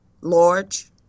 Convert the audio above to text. large